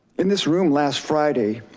in this room last friday,